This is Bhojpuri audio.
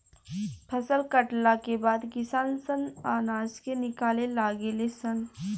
फसल कटला के बाद किसान सन अनाज के निकाले लागे ले सन